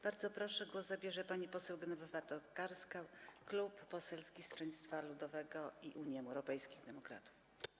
Bardzo proszę, głos zabierze pani poseł Genowefa Tokarska, Klub Poselski Polskiego Stronnictwa Ludowego - Unii Europejskich Demokratów.